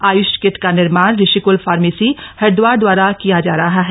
AYUSH kit का निर्माण Rishikul pharmacy Haridwar दवारा किया जा रहा है